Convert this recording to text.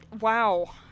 Wow